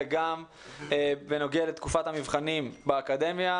וגם בנוגע לתקופת המבחנים באקדמיה.